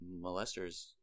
molesters